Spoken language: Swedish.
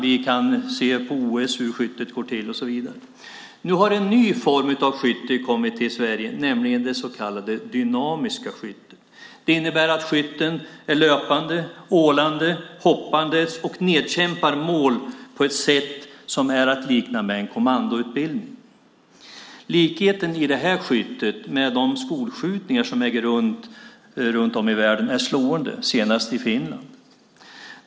Vi kan se på OS hur skyttet går till. Nu har en ny form av skytte kommit till Sverige, det så kallade dynamiska skyttet. Det innebär att skytten löpande, ålande och hoppande nedkämpar mål på ett sätt som är att likna med en kommandoutbildning. Likheten mellan det här skyttet och de skolskjutningar som äger rum runt om i världen, senast i Finland, är slående.